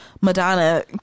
Madonna